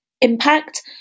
impact